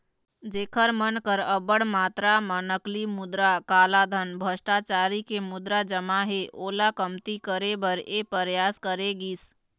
जेखर मन कर अब्बड़ मातरा म नकली मुद्रा, कालाधन, भस्टाचारी के मुद्रा जमा हे ओला कमती करे बर ये परयास करे गिस